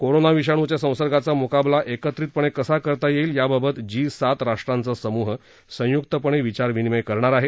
corona विषाणूच्या संसर्गाचा मुकाबला एकत्रितपणे कसा करता येईल याबाबत जी सात राष्ट्रांचा समूह संयुक्तपणे विचारविनिमय करणार आहे